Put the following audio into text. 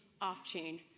off-chain